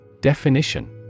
Definition